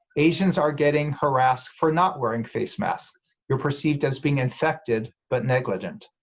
asians are getting harassed for not wearing face masks you're perceived as being infected but negligent.